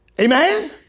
Amen